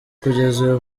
kugeza